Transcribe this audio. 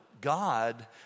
God